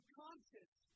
conscious